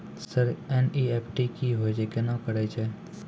Sir NEFT की होय छै, केना करे छै?